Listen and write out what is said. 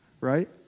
right